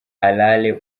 harare